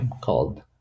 called